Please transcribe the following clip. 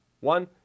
one